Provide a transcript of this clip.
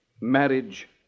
marriage